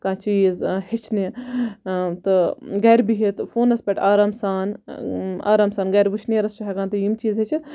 کانٛہہ چیٖز ہیٚچھنہِ تہٕ گَرِ بِہِتھ فونَس پیٚٹھ آرام سان آرام سان گَرِ وٕشنیرَس چھ ہیٚکان تُہۍ یِم چیٖز ہیٚچھِتھ